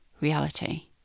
reality